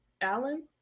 Alan